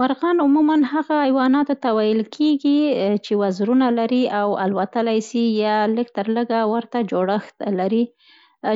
مرغان عموماً هغو حیواناتو ته ویل کېږي، چې وزرونه لري او الوتلای سي یا لږ ترلږه ورته جوړښت لري.